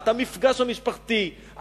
המפגש המשפחתי,